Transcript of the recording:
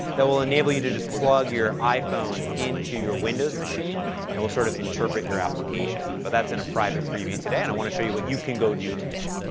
that will enable you to just plug your iphone into your windows machine and will sort of interpret your application. but that's in a private preview today. and i want to show you what you can do today.